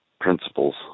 principles